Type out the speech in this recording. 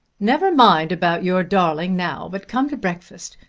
never mind about your darling now, but come to breakfast.